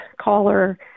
caller